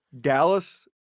Dallas